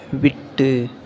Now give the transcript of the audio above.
விட்டு